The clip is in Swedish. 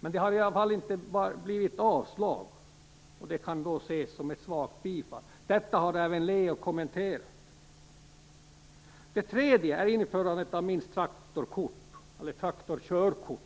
Men det har i alla fall inte blivit avstyrkt och det kan ses som ett svagt bifall. Detta har även Leo Persson kommenterat. Det tredje yrkandet gäller införandet av minst traktorkörkort.